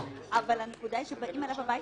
אלנבי.